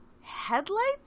headlights